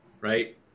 right